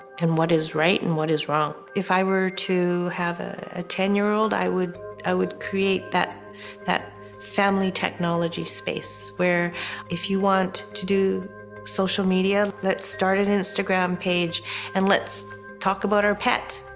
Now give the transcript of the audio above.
and what is right and what is wrong. if i were to have a ten year old, i would i would create that that family technology space, where if you want to do social media, let's start it an instagram page and let's talk about our pet.